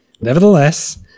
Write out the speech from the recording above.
Nevertheless